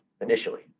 initially